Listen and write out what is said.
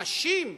נשים,